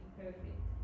perfect